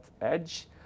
edge